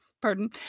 Pardon